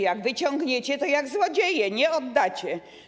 Jak wyciągniecie, to jak złodzieje nie oddacie.